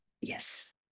yes